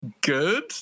good